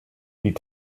die